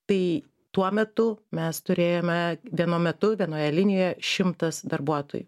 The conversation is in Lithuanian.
tai tuo metu mes turėjome vienu metu vienoje linijoje šimtas darbuotojų